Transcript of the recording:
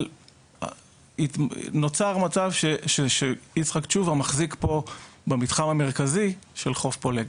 אבל נוצר מצב שיצחק תשובה מחזיק פה במתחם המרכזי של חוף פולג.